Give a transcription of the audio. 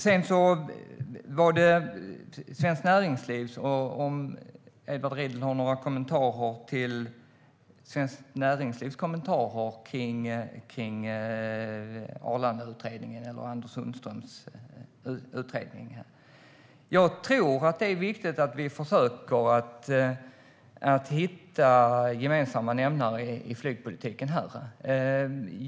Har Edward Riedl något att säga om Svenskt Näringslivs kommentarer om Arlandautredningen - Anders Sundströms utredning? Det är viktigt att vi försöker hitta gemensamma nämnare i flygpolitiken.